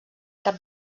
cap